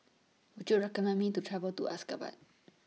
Would YOU recommend Me to travel to Ashgabat